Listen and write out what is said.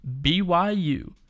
byu